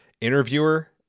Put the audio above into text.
interviewer